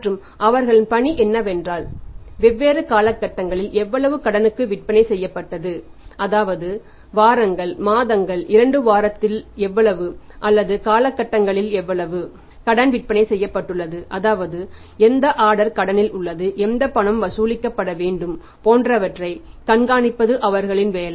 மற்றும் அவர்களின் பணி என்னவென்றால் வெவ்வேறு காலகட்டங்களில் எவ்வளவு கடனுக்கு விற்பனை செய்யப்பட்டது அதாவது வாரங்கள் மாதங்கள் இரண்டு வாரத்தில் எவ்வளவு அல்லது காலகட்டங்களில் எவ்வளவு கடன் விற்பனை செய்யப்பட்டுள்ளது அதாவது எந்த ஆடர் கடனில் உள்ளது எந்த பணம் வசூலிக்கப்பட வேண்டும் போன்றவற்றை கண்காணிப்பது அவர்களின் வேலை